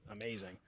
Amazing